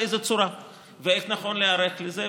באיזו צורה ואיך נכון להיערך לזה,